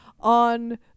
on